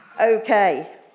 Okay